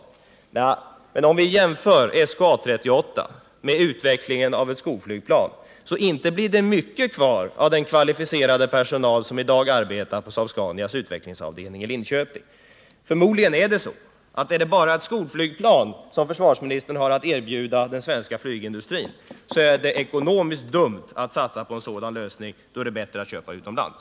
Nej, men om vi jämför arbetet med SK A 38 med utvecklingen av ett skolflygplan, så inte blir det mycket kvar av den kvalificerade personal som i dag arbetar på Saab-Scanias utvecklingsavdelning i Linköping. Förmodligen är det så att är det bara ett skolflygplan som försvarsministern har att erbjuda den svenska flygindustrin, är det ekonomiskt dumt att satsa på en sådan lösning. Då är det bättre att köpa utomlands.